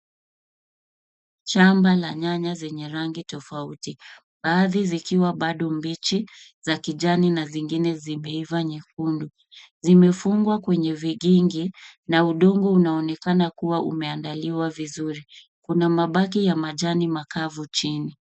Shamba la nyanya zenye rangi tofauti, baadhi zikiwa bado mbichi za kijani na zingine zimeiva nyekundu. Zimefungwa kwenye vigingi na udongo unaonekana kuwa imeandaliwa vizuri, kuna mabaki ya majani makavu.